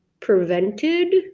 prevented